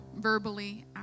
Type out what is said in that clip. verbally